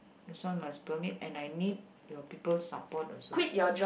this one must permit and I need your people support also